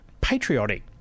patriotic